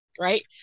right